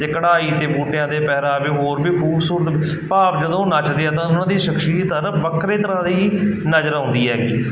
ਅਤੇ ਕਢਾਈ ਅਤੇ ਬੂਟਿਆਂ ਦੇ ਪਹਿਰਾਵੇ ਹੋਰ ਵੀ ਖੂਬਸੂਰਤ ਭਾਵ ਜਦੋਂ ਉਹ ਨੱਚਦੇ ਆ ਤਾਂ ਉਹਨਾਂ ਦੀ ਸ਼ਖਸ਼ੀਅਤ ਆ ਨਾ ਵੱਖਰੇ ਤਰ੍ਹਾਂ ਦੀ ਹੀ ਨਜ਼ਰ ਆਉਂਦੀ ਹੈਗੀ